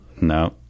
No